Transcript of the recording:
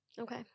Okay